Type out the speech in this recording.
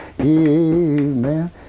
Amen